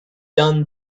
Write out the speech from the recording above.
done